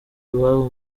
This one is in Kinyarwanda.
iwabo